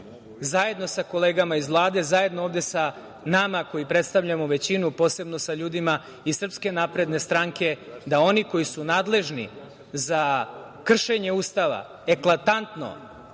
zajedno sa kolegama iz Vlade, zajedno ovde sa nama koji predstavljamo većinu, posebno sa ljudima iz SNS, da oni koji su nadležni za kršenje Ustava, eklatantno,